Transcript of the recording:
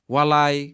Walai